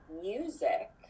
music